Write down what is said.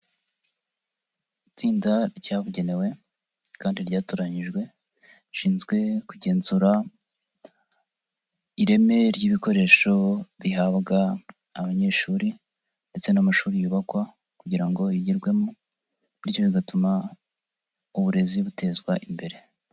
Itsinda ryabugenewe kandi ryatoranyijwe rishinzwe kugenzura ireme ry'ibikoresho bihabwa abanyeshuri ndetse n'amashuri yubakwa kugira ngo yigirwemo, bityo bigatuma uburezi butezwa imbere.